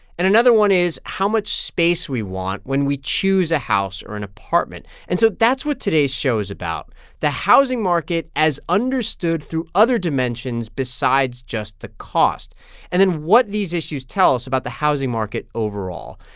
and another one is how much space we want when we choose a house or an apartment and so that's what today's show is about the housing market as understood through other dimensions besides just the cost and then what these issues tell us about the housing market overall.